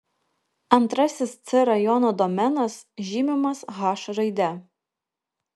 antrasis c rajono domenas žymimas h raide